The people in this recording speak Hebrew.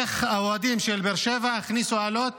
איך האוהדים של באר שבע הכניסו אלות